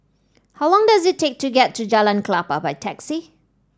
how long does it take to get to Jalan Klapa by taxi